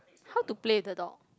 how to play with the dog